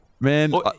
man